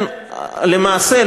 למעשה,